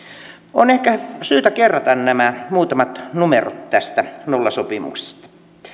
on ehkä syytä kerrata nämä muutamat numerot tästä nollasopimuksesta